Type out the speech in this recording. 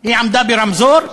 היא עמדה ברמזור,